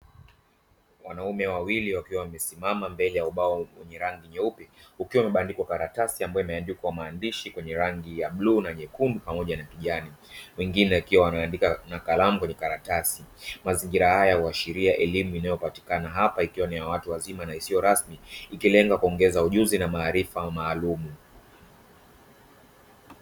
Wanaume wawili wakiwa wamesimama mbele ya ubao wenye rangi nyeupe ukiwa umebandikwa karatasi ambayo imeandikwa maandishi yenye rangi ya bluu na nyekundu pamoja na kijani. Wengine wakiwa wanaandika na kalamu kwenye karatasi. Mazingira haya huashiria elimu inayopatikana hapa ikiwa ni ya watu wazima na isiyo rasmi ikilenga kuongeza ujuzi na maarifa maalumu.